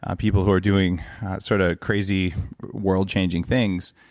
ah people who are doing sort of crazy world-changing things.